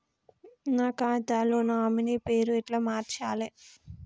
నా ఖాతా లో నామినీ పేరు ఎట్ల మార్చాలే?